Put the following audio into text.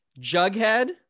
jughead